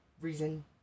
reason